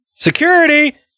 Security